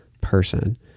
person